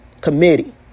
committee